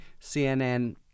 CNN